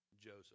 Joseph